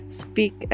speak